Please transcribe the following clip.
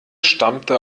stammte